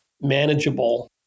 manageable